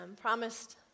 promised